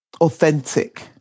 authentic